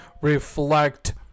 reflect